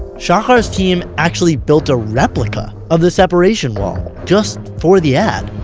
shahar's team actually built a replica of the separation wall just for the ad.